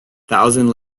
thousand